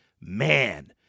man